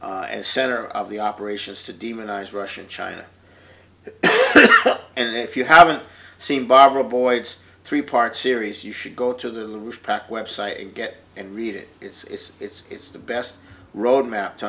and center of the operations to demonize russia and china and if you haven't seen barbara boyd's three part series you should go to the pak website and get and read it it's it's it's the best roadmap to